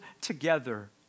together